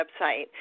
website